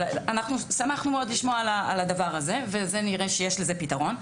אנחנו שמחנו מאוד לשמוע על הדבר הזה ונראה שיש לזה פתרון,